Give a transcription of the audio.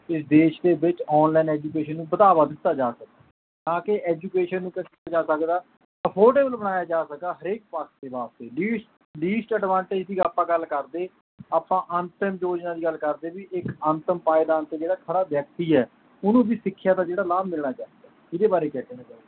ਇਸ ਦੇਸ਼ ਦੇ ਵਿੱਚ ਔਨਲਾਈਨ ਐਜੂਕੇਸ਼ਨ ਨੂੰ ਵਧਾਵਾ ਦਿੱਤਾ ਜਾ ਸਕੇ ਤਾਂ ਕੇ ਐਜੂਕੇਸ਼ਨ ਨੂੰ ਕਿਆ ਕੀਤਾ ਜਾ ਸਕਦਾ ਅਫੋਰਡੇਵਲ ਬਣਾਇਆ ਜਾ ਸਕਦਾ ਹਰੇਕ ਦੇ ਵਾਸਤੇ ਲੀਸਟ ਲੀਸਟ ਅਡਵਾਂਟੇਜ ਦੀ ਆਪਾਂ ਗੱਲ ਕਰਦੇ ਆਪਾਂ ਅੰਤਿਮ ਯੋਜਨਾ ਦੀ ਗੱਲ ਕਰਦੇ ਵਈ ਇੱਕ ਅੰਤਿਮ ਪਾਏਦਾਨ 'ਤੇ ਜਿਹੜਾ ਖੜ੍ਹਾ ਵਿਅਕਤੀ ਹੈ ਉਹਨੂੰ ਵੀ ਸਿੱਖਿਆ ਦਾ ਜਿਹੜਾ ਲਾਭ ਮਿਲਣਾ ਚਾਹੀਦਾ ਇਹਦੇ ਬਾਰੇ ਕਿਆ ਕਹਿਣਾ ਚਾਹੋਗੇ